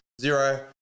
zero